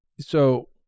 So-